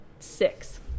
six